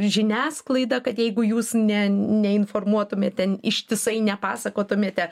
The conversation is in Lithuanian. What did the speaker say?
žiniasklaidą kad jeigu jūs ne ne informuotumėte ištisai nepasakotumėte